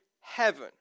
heaven